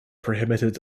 prohibited